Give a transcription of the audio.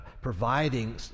providing